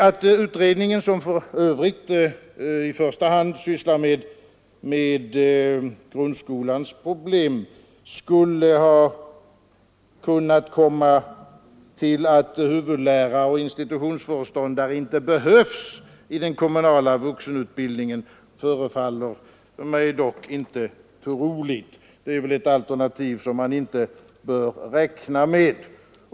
Att utredningen, som för övrigt i första hand sysslar med grundskolans problem, skulle kunna komma fram till att huvudlärare och institutionsföreståndare inte behövs i den kommunala vuxenutbildningen förefaller mig dock inte troligt — det är väl därför ett alternativ som man inte bör räkna med.